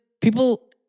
people